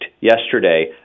yesterday